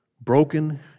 broken